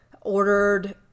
ordered